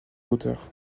hauteur